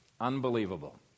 Unbelievable